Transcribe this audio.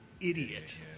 idiot